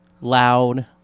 loud